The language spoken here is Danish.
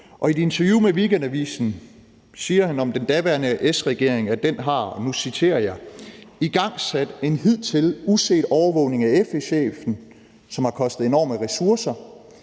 i et interview med Weekendavisen siger han om den daværende S-regering, at den har – og nu citerer jeg: »Igangsat en hidtil uset overvågning af FE-chefen, der har kostet enorme ressourcer.